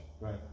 Right